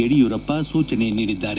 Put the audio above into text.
ಯಡಿಯೂರಪ್ಪ ಸೂಚನೆ ನೀಡಿದ್ದಾರೆ